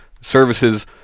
services